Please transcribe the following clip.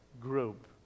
group